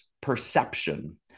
perception